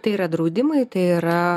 tai yra draudimai tai yra